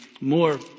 more